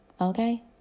Okay